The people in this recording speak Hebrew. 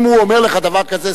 אם הוא אומר לך דבר כזה,